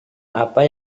apa